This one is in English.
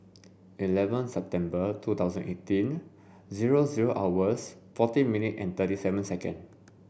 eleven September two thousand eighteen zero zero hours forty minute and thirty seven second